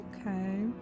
Okay